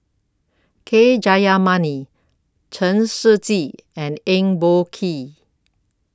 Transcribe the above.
K Jayamani Chen Shiji and Eng Boh Kee